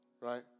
Right